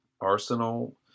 arsenal